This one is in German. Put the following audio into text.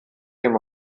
dem